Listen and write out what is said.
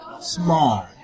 small